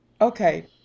Okay